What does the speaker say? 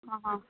ਹਾਂ ਹਾਂ